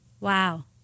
wow